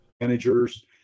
managers